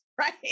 Right